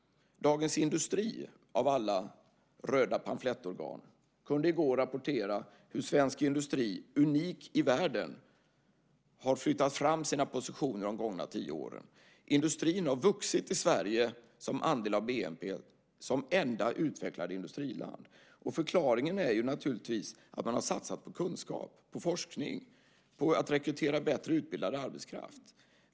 Dagens Industri av alla röda pamflettorgan kunde i går rapportera hur svensk industri, unik i världen, har flyttat fram sina positioner de gångna tio åren. Sverige är det enda utvecklade industrilandet där industrin har vuxit som andel av bnp. Förklaringen är naturligtvis att man har satsat på kunskap, på forskning, på att rekrytera bättre utbildad arbetskraft.